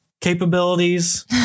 capabilities